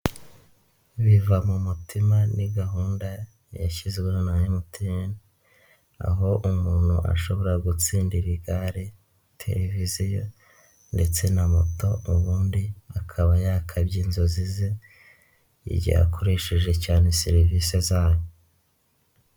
Biva mu mutima ni gahunda yashyizweho na MTN aho umuntu ashobora gutsindira igare, televiziyo ndetse na moto ubundi akaba yakabye inzozi ze igihe akoresheje cyane serivise zayo.